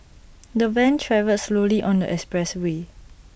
the van travelled slowly on the expressway